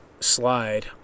Slide